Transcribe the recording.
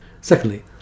Secondly